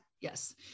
Yes